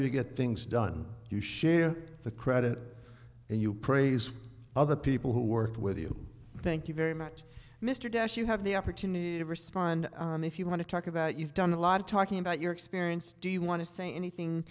you get things done you share the credit and you praise other people who work with you thank you very much mr dash you have the opportunity to respond if you want to talk about you've done a lot of talking about your experience do you want to say anything